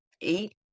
eight